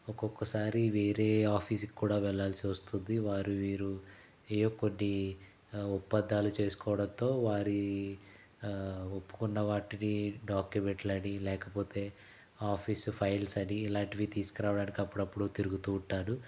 ఒక్కొక్కసారి వేరే ఆఫీసు కూడా వెళ్లాల్సి వస్తుంది వారు వీరు ఏయో కొన్ని ఒప్పందాలు చేసుకోవడంతో వారీ ఒప్పుకున్న వాటిని డాక్యూమెంట్లని లేకపోతే ఆఫీసు ఫైల్సని ఇలాంటివి తీసుకురావడానికి అప్పుడప్పుడు తిరుగుతూ ఉంటాను